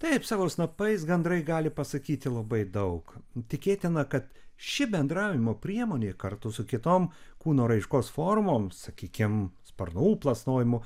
taip savo snapais gandrai gali pasakyti labai daug tikėtina kad ši bendravimo priemonė kartu su kitom kūno raiškos formoms sakykime sparnų plasnojimu